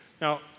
Now